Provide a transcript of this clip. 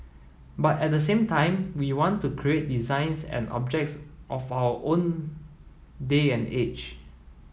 but at the same time we want to create designs and objects of our own day and age